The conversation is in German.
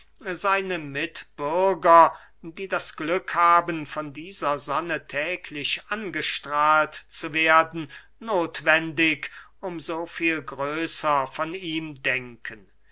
seine mitbürger die das glück haben von dieser sonne täglich angestrahlt zu werden nothwendig um so viel größer von ihm denken